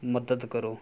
ਮਦਦ ਕਰੋ